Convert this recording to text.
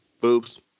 Boobs